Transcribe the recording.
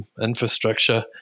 infrastructure